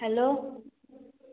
hello